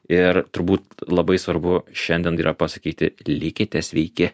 ir turbūt labai svarbu šiandien yra pasakyti likite sveiki